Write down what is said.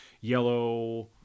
yellow –